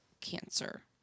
cancer